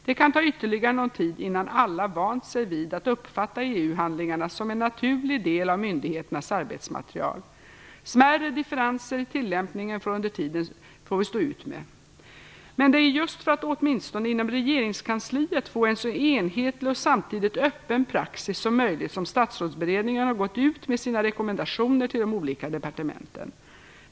Det kan ta ytterligare någon tid innan alla vant sig vid att uppfatta EU handlingarna som en naturlig del av myndigheternas arbetsmaterial. Smärre differenser i tillämpningen får vi under tiden stå ut med. Men det är just för att åtminstone inom regeringskansliet få en så enhetlig och samtidigt öppen praxis som möjligt som Statsrådsberedningen har gått ut med sina rekommendationer till de olika departementen.